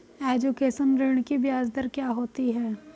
Education ऋृण की ब्याज दर क्या होती हैं?